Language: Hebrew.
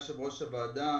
יושב-ראש הוועדה,